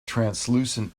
translucent